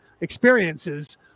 experiences